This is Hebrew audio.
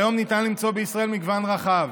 והיום ניתן למצוא בישראל מגוון רחב,